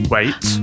Wait